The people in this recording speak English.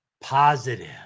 positive